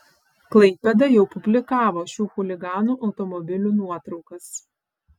klaipėda jau publikavo šių chuliganų automobilių nuotraukas